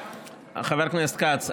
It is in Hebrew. חבר הכנסת כץ,